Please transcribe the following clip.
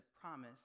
promise